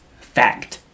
fact